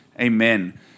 amen